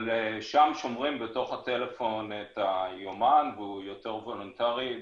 אבל שם שומרים בתוך הטלפון את היומן והוא היותר וולונטרי.